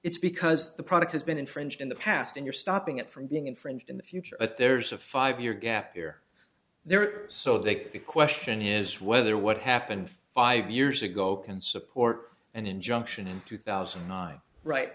it's because the product has been infringed in the past and you're stopping it from being infringed in the future but there's a five year gap here there so they could be question is whether what happened five years ago can support an injunction in two thousand i right